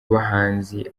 bahanzi